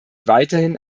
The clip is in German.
weiterhin